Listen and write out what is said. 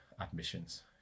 admissions